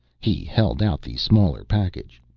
he held out the smaller package.